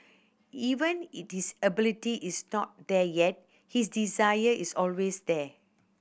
even if his ability is not there yet his desire is always there